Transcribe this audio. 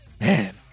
Man